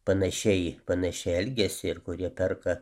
panašiai panašiai elgiasi ir kurie perka